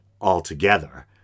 altogether